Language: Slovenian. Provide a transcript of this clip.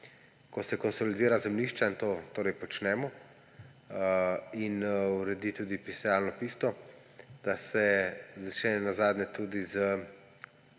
ko se konsolidira zemljišča, in to počnemo, in uredi tudi pristajalno pisto, da se začne nenazadnje tudi z